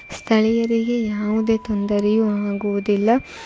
ಸ್ಥಳೀಯರಿಗೆ ಯಾವುದೇ ತೊಂದರೆಯು ಆಗುವುದಿಲ್ಲ